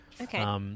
Okay